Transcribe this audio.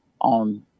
on